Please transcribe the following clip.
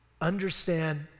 understand